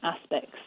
aspects